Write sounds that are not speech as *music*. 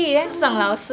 *laughs*